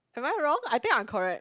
am I wrong I think I'm correct